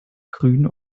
grün